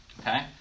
okay